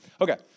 Okay